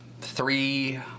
three